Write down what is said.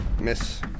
miss